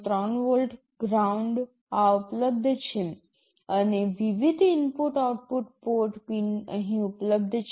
૩ volt ground આ ઉપલબ્ધ છે અને વિવિધ ઇનપુટ આઉટપુટ પોર્ટ પિન અહીં ઉપલબ્ધ છે